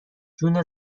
جون